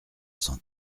cent